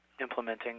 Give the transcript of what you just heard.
implementing